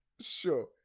Sure